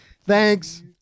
thanks